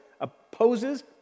opposes